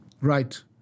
right